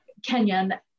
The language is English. Kenyan